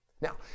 Now